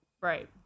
Right